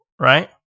right